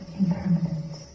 impermanence